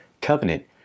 covenant